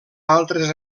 altres